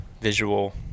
visual